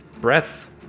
breath